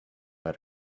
let